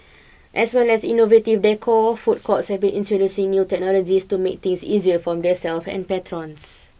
as well as innovative decor food courts have been introducing new technologies to make things easier for themselves and patrons